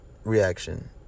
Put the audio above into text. reaction